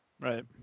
Right